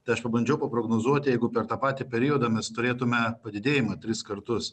tai aš pabandžiau paprognozuot jeigu per tą patį periodą mes turėtume padidėjimą tris kartus